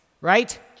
Right